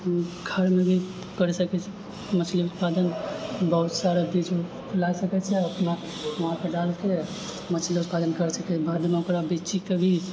घरमे भी करि सकै छै मछली उत्पादन बहुत सारा चीज ला सकै छै अपना वहाँपर डालके मछली उत्पादन करि सकै छै बादमे ओकरा बेचिके भी